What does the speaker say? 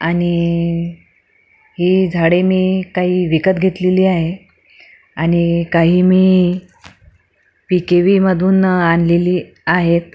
आणि ही झाडे मी काही विकत घेतलेली आहे आणि काही मी पी के व्हीमधून आणलेली आहेत